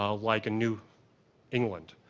ah like in new england.